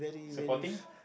supporting